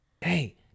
hey